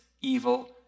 evil